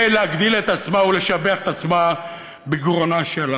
להגדיל את עצמה ולשבח את עצמה בגרונה שלה.